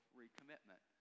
recommitment